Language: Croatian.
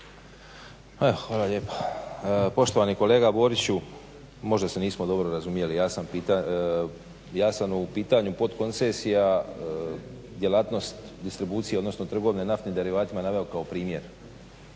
Hvala lijepa. Poštovani kolega Boriću možda se nismo dobro razumjeli. Ja sam u pitanju potkoncesija djelatnost distribucije odnosno trgovine naftnih derivata naveo kao primjer.